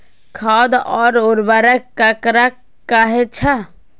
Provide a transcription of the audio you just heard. खाद और उर्वरक ककरा कहे छः?